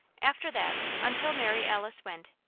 after that, until mary alice went,